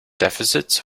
deficits